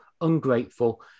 ungrateful